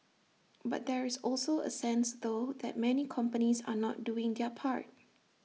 but there is also A sense though that many companies are not doing their part